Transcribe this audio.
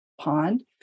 pond